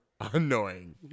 annoying